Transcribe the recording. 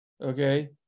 okay